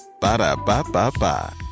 Ba-da-ba-ba-ba